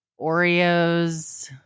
Oreos